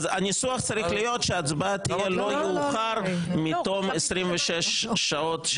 הניסוח צריך להיות: ההצבעה תהיה לא יאוחר מתום 26 השעות של ההסתייגויות.